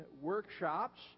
workshops